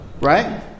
Right